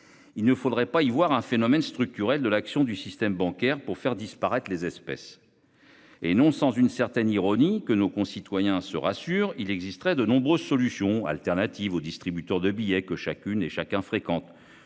Il ne faudrait pas y voir un phénomène structurel de l'action du système bancaire, pour faire disparaître les espèces. Et non sans une certaine ironie que nos concitoyens se rassure, il existerait de nombreuses solutions alternatives aux distributeurs de billets que chacune et chacun fréquente.